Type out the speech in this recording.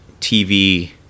tv